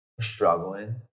struggling